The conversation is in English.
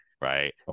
right